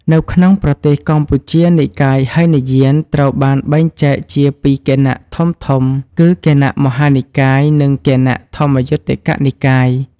នៅក្នុងប្រទេសកម្ពុជា និកាយហីនយានត្រូវបានបែងចែកជាពីរគណៈធំៗគឺ គណៈមហានិកាយ និង គណៈធម្មយុត្តិកនិកាយ។